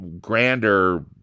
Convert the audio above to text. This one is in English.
grander